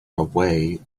away